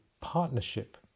partnership